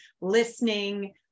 listening